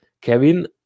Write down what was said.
Kevin